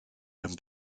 mewn